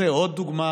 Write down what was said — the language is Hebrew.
זו עוד דוגמה,